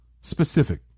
specific